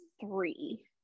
three